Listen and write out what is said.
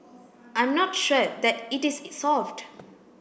I'm not sure that it is solved